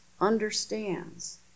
understands